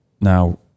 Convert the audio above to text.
Now